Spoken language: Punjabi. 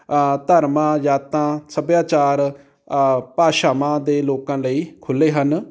ਧਰਮਾਂ ਜਾਤਾਂ ਸੱਭਿਆਚਾਰ ਭਾਸ਼ਾਵਾਂ ਦੇ ਲੋਕਾਂ ਲਈ ਖੁੱਲ੍ਹੇ ਹਨ